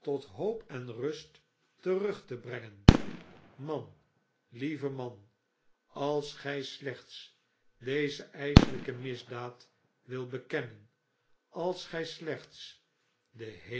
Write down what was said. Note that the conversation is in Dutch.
tot hoop en rust terug te brengen man lieve man als gij slechts deze ijselijke misdaad wilt bekennen als gij slechts den hemel